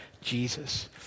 Jesus